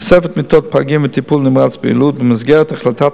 תוספת מיטות פגים בטיפול נמרץ ביילוד: במסגרת החלטת